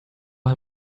him